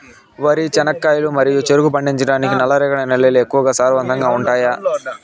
వరి, చెనక్కాయలు మరియు చెరుకు పండించటానికి నల్లరేగడి నేలలు ఎక్కువగా సారవంతంగా ఉంటాయా?